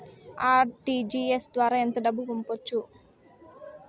RTGS ద్వారా ఎంత డబ్బు పంపొచ్చు?